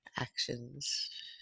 actions